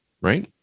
right